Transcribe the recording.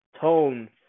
tone